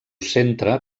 centre